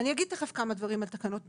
אני כבר אגיד כמה דברים על תקנות בנייה,